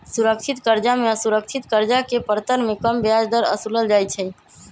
सुरक्षित करजा में असुरक्षित करजा के परतर में कम ब्याज दर असुलल जाइ छइ